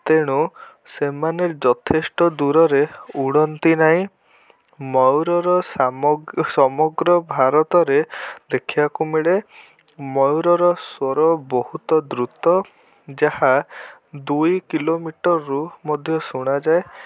ତେଣୁ ସେମାନେ ଯଥେଷ୍ଟ ଦୂରରେ ଉଡ଼ନ୍ତି ନାହିଁ ମୟୂରର ସାମ ସମଗ୍ର ଭାରତରେ ଦେଖିବାକୁ ମିଳେ ମୟୂରର ସ୍ୱର ବହୁତ ଦ୍ରୁତ ଯାହା ଦୁଇ କିଲୋମିଟର ରୁ ମଧ୍ୟ ଶୁଣାଯାଏ